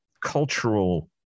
cultural